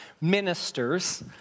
ministers